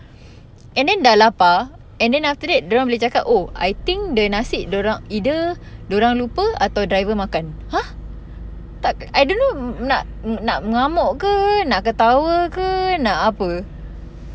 and then dah lapar and then after that dia orang boleh cakap oh I think the nasi dia orang either dia orang lupa atau driver makan !huh! tak I don't know nak mengamuk ke nak ketawa ke nak apa